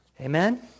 Amen